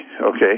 okay